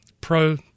pro